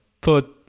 put